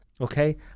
okay